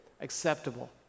acceptable